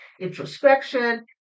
introspection